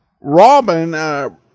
Robin